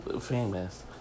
famous